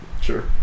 Sure